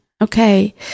Okay